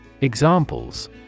Examples